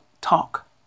talk